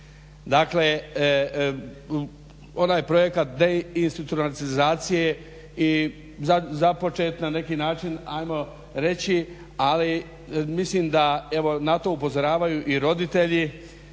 Dakle, onaj projekat deinstitucionalizacije započet na neki način hajmo reći, ali mislim da evo na to upozoravaju i roditelji